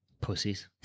Pussies